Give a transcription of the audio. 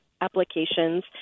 applications